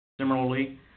Similarly